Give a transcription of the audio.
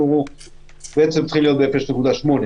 יכול להיות שגם פה תהיה הפרדה בין החנויות